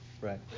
Right